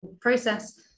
process